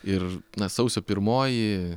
ir na sausio pirmoji